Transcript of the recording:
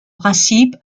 principe